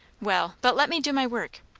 well but let me do my work.